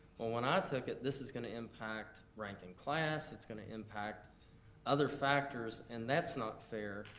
when i took it, this is gonna impact ranking class, it's gonna impact other factors, and that's not fair,